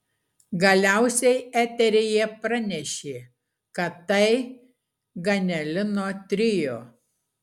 galiausiai eteryje pranešė kad tai ganelino trio